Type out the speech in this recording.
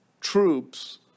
troops